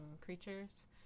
creatures